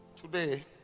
today